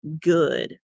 good